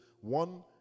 one